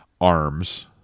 arms